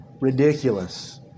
ridiculous